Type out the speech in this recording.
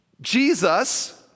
Jesus